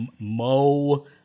Mo